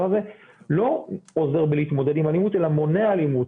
הזה לא עוזר בלהתמודד עם אלימות אלא מונע אלימות.